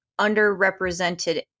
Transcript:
underrepresented